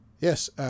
Yes